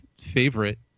favorite